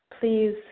please